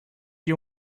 you